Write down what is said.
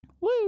Woo